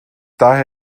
daher